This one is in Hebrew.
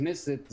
הכנסת,